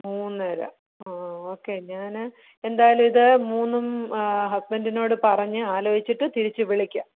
മൂന്നര ആ ഓക്കേ ഞാൻ എന്തായാലും ഇത് മൂന്നും ഹസ്ബൻറ്റിനോട് പറഞ്ഞ് ആലോചിച്ചിട്ട് തിരിച്ച് വിളിക്കാം